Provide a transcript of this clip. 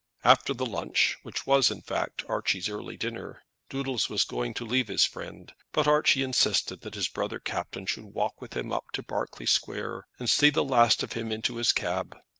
after the lunch, which was in fact archie's early dinner, doodles was going to leave his friend, but archie insisted that his brother captain should walk with him up to berkeley square, and see the last of him into his cab.